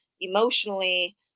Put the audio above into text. emotionally